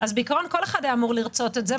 אז בעיקרון כל אחד היה אמור לרצות את זה,